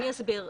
אני אסביר.